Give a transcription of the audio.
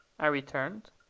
i returned.